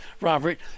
Robert